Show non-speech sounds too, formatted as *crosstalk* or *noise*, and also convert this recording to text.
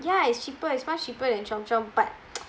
ya it's cheaper it's much cheaper than chomp chomp but *noise*